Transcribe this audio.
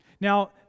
Now